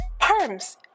Perms